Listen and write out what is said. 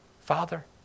Father